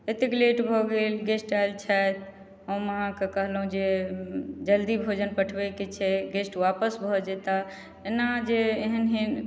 एतेक लेट भऽ गेल गेस्ट आयल छथि हम अहाँकेँ कहलहुँ जे जल्दी भोजन पठबैके छै गेस्ट वापस भऽ जेता एना जे एहन एहन